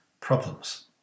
problems